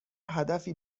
هدفی